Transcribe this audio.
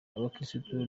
abakirisitu